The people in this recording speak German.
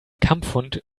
kampfhund